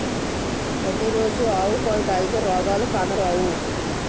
పతి రోజు ఆవు పాలు తాగితే రోగాలు కానరావు